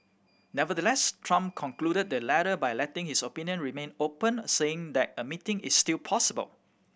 Nevertheless Trump concluded the letter by letting his options remain open saying that a meeting is still possible